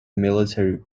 military